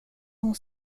hon